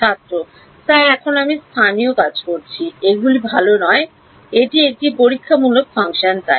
ছাত্র স্যার এখন আমরা স্থানীয় কাজ করছি এইগুলি ভাল নয় এটি একটি পরীক্ষামূলক ফাংশন তাই